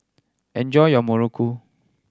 enjoy your muruku